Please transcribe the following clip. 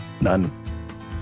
None